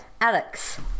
Alex